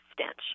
stench